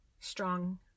strong